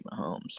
Mahomes